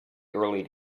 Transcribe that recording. early